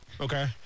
Okay